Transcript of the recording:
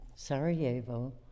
Sarajevo